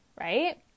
right